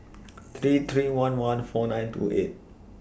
three three one one four nine two eight